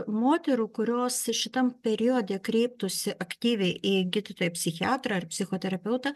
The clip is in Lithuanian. moterų kurios šitam periode kreiptųsi aktyviai į gydytoją psichiatrą ar psichoterapeutą